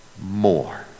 more